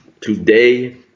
Today